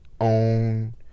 own